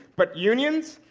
but unions,